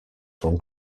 from